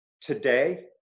today